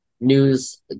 news